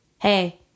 hey